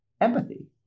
empathy